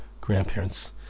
grandparents